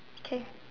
okay